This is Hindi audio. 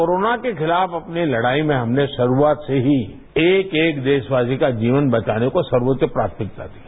कोरोना के खिलाफ अपनी लड़ाई में हमने शुरुआत से ही एक एक देशवासी का जीवन बचाने को सर्वोच्च प्राथमिकता दी है